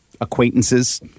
Acquaintances